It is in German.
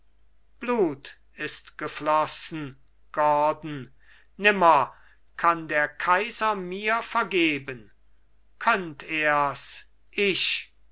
blut ist geflossen gordon nimmer kann der kaiser mir vergeben könnt ers ich